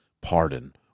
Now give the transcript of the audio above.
pardon